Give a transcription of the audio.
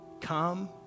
Come